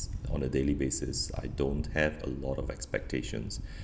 on a daily basis I don't have a lot of expectations